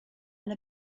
and